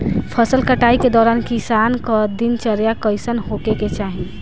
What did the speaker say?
फसल कटाई के दौरान किसान क दिनचर्या कईसन होखे के चाही?